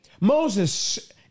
Moses